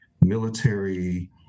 military